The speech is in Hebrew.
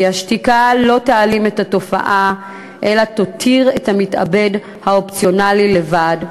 כי השתיקה לא תעלים את התופעה אלא תותיר את המתאבד האופציונלי לבד,